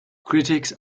critics